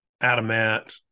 adamant